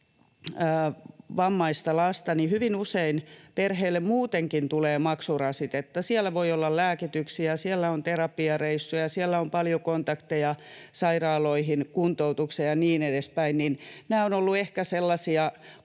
vammaista lasta, niin hyvin usein perheille muutenkin tulee maksurasitetta: siellä voi olla lääkityksiä, siellä on terapiareissuja, siellä on paljon kontakteja sairaaloihin, kuntoutuksia ja niin edespäin. Nämä ovat olleet ehkä sellaisia